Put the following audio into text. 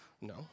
No